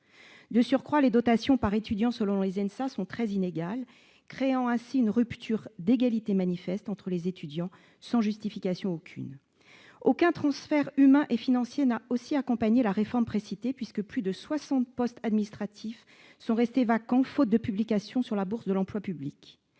De surcroît, les dotations par étudiant selon les ENSA sont très inégales, créant ainsi une rupture d'égalité manifeste entre les étudiants, sans justification aucune. Aucun transfert humain et financier n'a non plus accompagné la réforme précitée, puisque plus de soixante postes administratifs sont restés vacants faute de publication sur la bourse de l'emploi public.